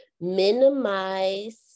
minimize